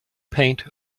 paint